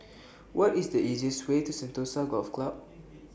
What IS The easiest Way to Sentosa Golf Club